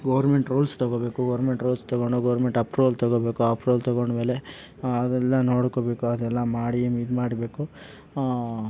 government rules ತೊಗೊಳ್ಬೇಕು government rules ತೊಗೊಂಡು government approval ತೊಗೊಳ್ಬೇಕು ಆ ಅಪ್ರೂವಲ್ ತೊಗೊಂಡ್ಮೇಲೆ ಅವೆಲ್ಲ ನೋಡ್ಕೊಳ್ಬೇಕು ಹಾಗೆಲ್ಲ ಮಾಡಿ ಒಂದು ಇದು ಮಾಡಬೇಕು